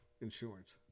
insurance